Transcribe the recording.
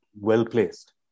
well-placed